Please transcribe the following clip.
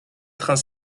trains